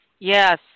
Yes